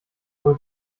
wohl